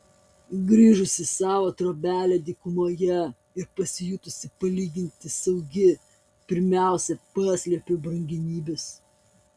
grįžusi į savo trobelę dykumoje ir pasijutusi palyginti saugi pirmiausia paslėpiau brangenybes